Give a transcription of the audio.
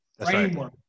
framework